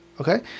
Okay